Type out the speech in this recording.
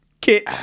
Kit